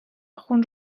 خون